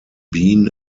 bean